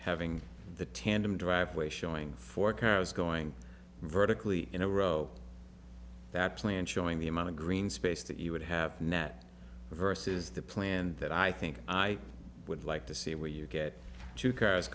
having the tandem driveway showing four cars going vertically in a row that plan showing the amount of green space that you would have net versus the plan that i think i would like to see where you get two cars